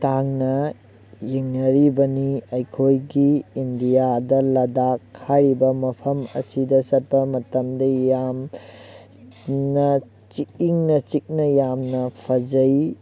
ꯇꯥꯡꯅ ꯌꯦꯡꯅꯔꯤꯕꯅꯤ ꯑꯩꯈꯣꯏꯒꯤ ꯏꯟꯗꯤꯌꯥꯗ ꯂꯗꯥꯛ ꯍꯥꯏꯔꯤꯕ ꯃꯐꯝ ꯑꯁꯤꯗ ꯆꯠꯄ ꯃꯇꯝꯗ ꯌꯥꯝꯅ ꯏꯪꯅ ꯆꯤꯛꯅ ꯌꯥꯝꯅ ꯐꯖꯩ